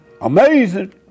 amazing